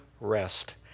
rest